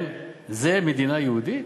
זה מדינה יהודית?